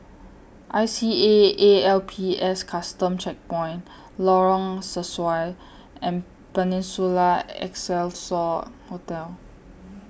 I C A A L P S Custom Checkpoint Lorong Sesuai and Peninsula Excelsior Hotel